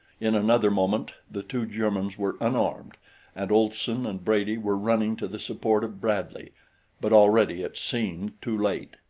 in another moment the two germans were unarmed and olson and brady were running to the support of bradley but already it seemed too late.